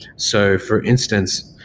so, for instance,